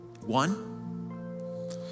One